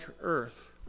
Earth